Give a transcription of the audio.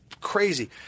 crazy